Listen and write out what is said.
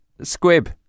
squib